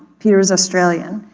peter's australian,